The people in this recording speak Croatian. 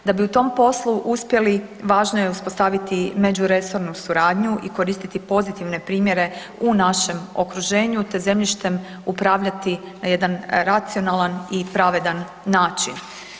Da bi u tom poslu uspjeli, važno je uspostaviti međuresornu suradnju i koristiti pozitivne primjere u našem okruženju te zemljištem upravljati na jedan racionalan i pravedan način.